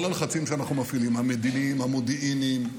כל הלחצים שאנחנו מפעילים המדיניים, המודיעיניים,